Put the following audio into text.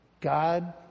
God